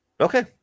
Okay